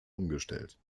umgestellt